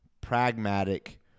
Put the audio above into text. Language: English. pragmatic